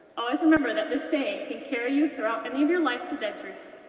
always remember that this saying can carry you throughout any of your life's adventures.